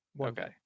Okay